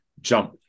jump